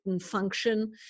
function